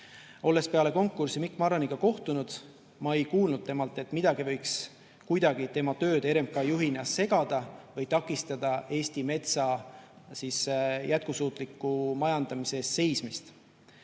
Olles peale konkurssi Mikk Marraniga kohtunud, ma ei kuulnud temalt, et midagi võiks kuidagi tema tööd RMK juhina segada või takistada Eesti metsa jätkusuutliku majandamise eest seismist.